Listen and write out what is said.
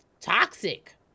toxic